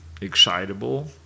excitable